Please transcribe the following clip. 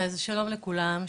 שלום לכולם.